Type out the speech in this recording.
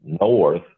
north